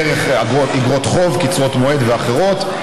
דרך איגרות חוב קצרות מועד ואחרות,